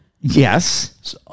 Yes